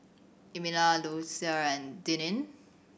Emilia Lucia and Denine